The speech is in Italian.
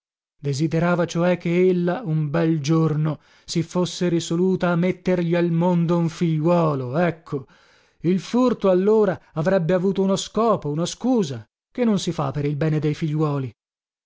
desiderava cioè che ella un bel giorno si fosse risoluta a mettergli al mondo un figliuolo ecco il furto allora avrebbe avuto uno scopo una scusa che non si fa per il bene dei figliuoli